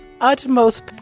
utmost